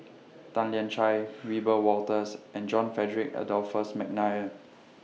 Tan Lian Chye Wiebe Wolters and John Frederick Adolphus Mcnair